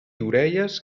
orelles